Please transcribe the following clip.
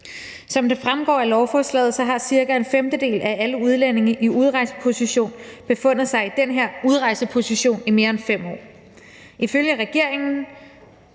Som det fremgår af lovforslaget, har cirka en femtedel af alle udlændinge i udrejseposition befundet sig i den her udrejseposition i mere end 5 år. I regeringen